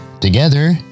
together